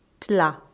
tla